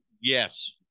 yes